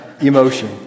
emotion